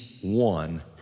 one